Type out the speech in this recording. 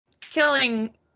killing